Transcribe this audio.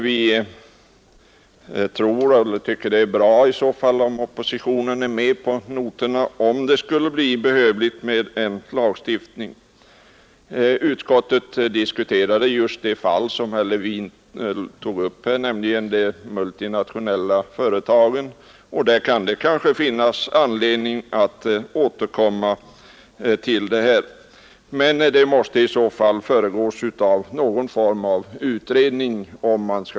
Vi tycker det är bra om oppositionen är med på noterna, om det skulle bli behövligt med en lagstiftning. Utskottet har diskuterat just den fråga som herr Levin tog upp, nämligen de multinationella företagen. Det kan finnas anledning att återkomma till den, men den måste i så fall föregås av någon form av utredning.